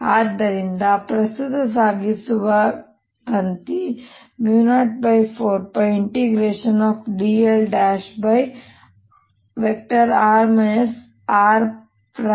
ಆದ್ದರಿಂದ r ನಲ್ಲಿ ಪ್ರಸ್ತುತ ಸಾಗಿಸುವ ತಂತಿ 04πdl|r r|